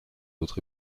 autres